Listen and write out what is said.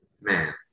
man